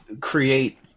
Create